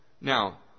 Now